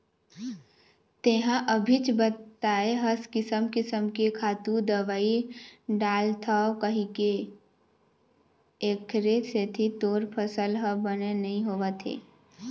तेंहा अभीच बताए हस किसम किसम के खातू, दवई डालथव कहिके, एखरे सेती तोर फसल ह बने नइ होवत हे